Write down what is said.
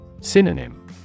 Synonym